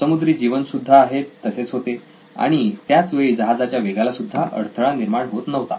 समुद्री जीवन सुद्धा आहे असेच होते आणि त्याच वेळी जहाजाच्या वेगाला सुद्धा अडथळा निर्माण होत नव्हता